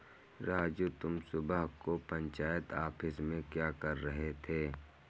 राजू तुम सुबह को पंचायत ऑफिस में क्या कर रहे थे?